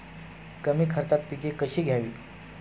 कमी खर्चात पिके कशी घ्यावी?